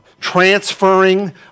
transferring